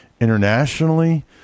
internationally